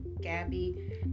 Gabby